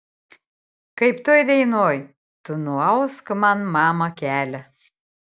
kaip toj dainoj tu nuausk man mama kelią